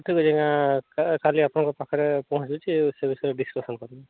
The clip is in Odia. ଠିକ ଅଛି ଆଜ୍ଞା କାଲି ଆପଣଙ୍କ ପାଖରେ ପହଞ୍ଚୁଛି ଆଉ ସେ ବିଷୟରେ ଡିସ୍କସନ୍ କରିବି